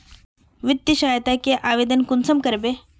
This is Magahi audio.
वित्तीय सहायता के आवेदन कुंसम करबे?